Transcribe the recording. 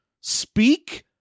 speak